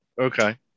Okay